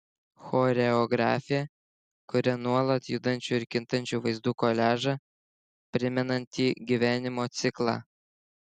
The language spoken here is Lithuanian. choreografė kuria nuolat judančių ir kintančių vaizdų koliažą primenantį gyvenimo ciklą